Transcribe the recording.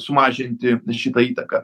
sumažinti šitą įtaką